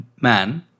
Man